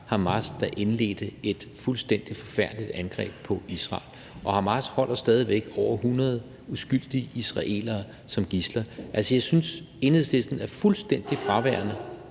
Hamas, der indledte et fuldstændig forfærdeligt angreb på Israel. Og Hamas holder stadig væk over 100 uskyldige israelere som gidsler. Jeg synes, Enhedslisten er fuldstændig fraværende